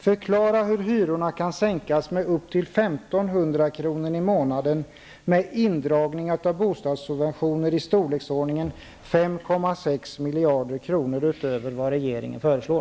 Förklara hur hyrorna kan sänkas med upp till miljarder kronor utöver vad regeringen föreslår!